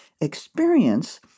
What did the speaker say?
experience